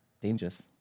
Dangerous